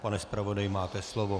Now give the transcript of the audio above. Pane zpravodaji, máte slovo.